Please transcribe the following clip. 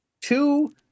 two